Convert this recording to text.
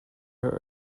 her